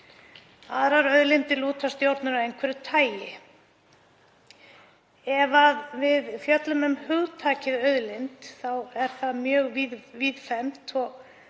Aðrar auðlindir lúta stjórnun af einhverju tagi. Ef við fjöllum um hugtakið auðlind er það mjög víðfemt og